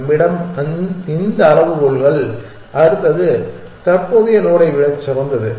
நம்மிடம் இந்த அளவுகோல்கள் உள்ளன அடுத்தது தற்போதைய நோடை விட சிறந்தது